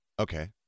Okay